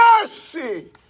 mercy